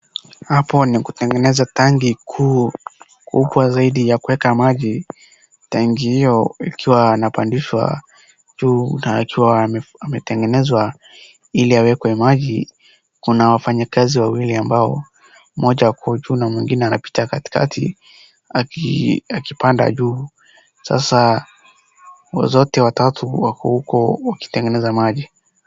Hapo ni kutengeneza tangi kuu kubwa zaidi ya kuweka maji, tangi hiyo ikiwa inapandishwa juu na ikiwa imetengenezwa ili iwekwe maji kuna wafanyikazi wawili ambao mmoja ako juu na mwingine anapitia katikati akipanda juu, sasa wote watatu wako huko wakitengeneza maji.